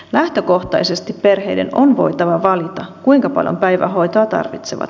lähtökohtaisesti perheiden on voitava valita kuinka paljon päivähoitoa tarvitsevat